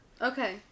Okay